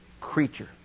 creature